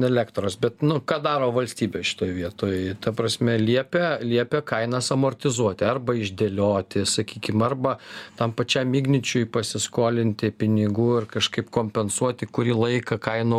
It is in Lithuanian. elektros bet nu ką daro valstybė šitoj vietoj ta prasme liepia liepė kainas amortizuoti arba išdėlioti sakykim arba tam pačiam igničiui pasiskolinti pinigų ir kažkaip kompensuoti kurį laiką kainų